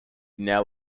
now